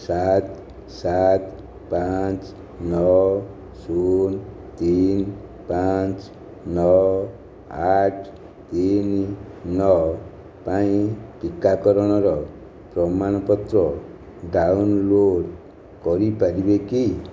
ସାତ ସାତ ପାଞ୍ଚ ନଅ ଶୂନ ତିନି ପାଞ୍ଚ ନଅ ଆଠ ତିନି ନଅ ପାଇଁ ଟିକାକରଣର ପ୍ରମାଣପତ୍ର ଡ଼ାଉନଲୋଡ଼୍ କରିପାରିବେ କି